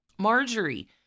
Marjorie